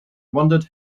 wondered